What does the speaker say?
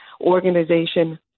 organization